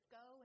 go